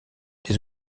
des